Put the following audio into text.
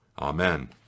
Amen